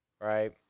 Right